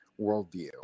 worldview